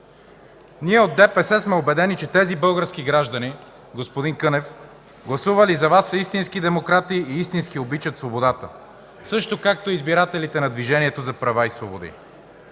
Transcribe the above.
Ние от ДПС сме убедени, че тези български граждани, господин Кънев, гласували за Вас, са истински демократи и истински обичат свободата, също както избирателите на Движението за права и свободи.